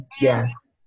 Yes